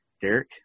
Derek